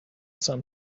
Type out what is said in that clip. some